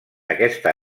aquesta